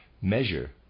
Measure